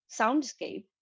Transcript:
soundscape